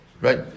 Right